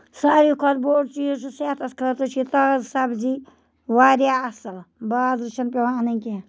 ساروی کھۄتہِ بوٚڑ چیٖز چھُ کہِ صحتَس خٲطرٕ چھِ یہِ تازٕ سَبزی واریاہ اَصٕل بازرٕ چھنہٕ پیوان اَنٕنۍ کیٚنٛہہ